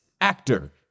actor